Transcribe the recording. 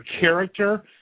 character